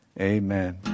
amen